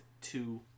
two